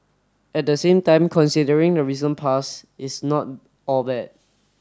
at the same time considering the recent past it's not all bad